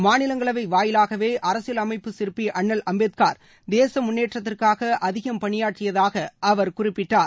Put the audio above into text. மாநிலங்களவை வாயிலாகவே அரசியல் அமைப்பு சிற்பி அண்ணல் அம்பேத்கார் தேச முன்னேற்றத்திற்காக அதிகம் பணியாற்றியதாக அவர் குறிப்பிட்டார்